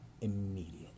immediately